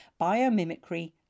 Biomimicry